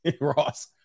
Ross